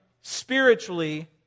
spiritually